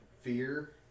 fear